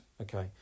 Okay